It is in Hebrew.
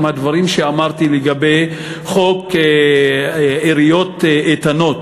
הדברים שאמרתי לגבי חוק עיריות איתנות,